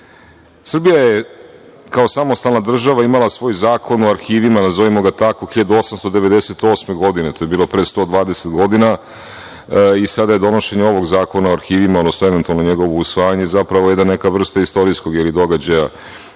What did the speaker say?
je kao samostalna država imala svoj Zakon o arhivima, nazovimo ga tako, 1898. godine. To je bilo pre 120 godina. Sada je donošenje ovog Zakona o arhivima, odnosno eventualno njegovo usvajanje zapravo neka vrsta istorijskog događaja